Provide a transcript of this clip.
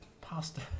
Pasta